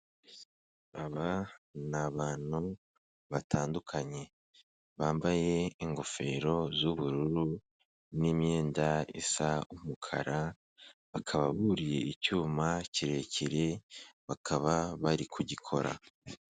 Aba ni abantu batandukanye bambaye ingofero z'ubururu n'imyenda isa umukara, bakababuriye icyuma kirekire, bakaba bari kugikora.